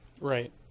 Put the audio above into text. right